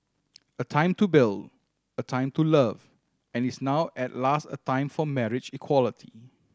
a time to build a time to love and is now at last a time for marriage equality